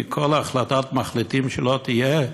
כי כל החלטת מחליטים שלא תהיה,